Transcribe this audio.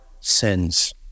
sins